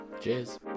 Cheers